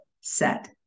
set